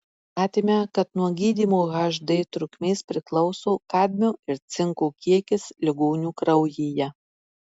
nustatėme kad nuo gydymo hd trukmės priklauso kadmio ir cinko kiekis ligonių kraujyje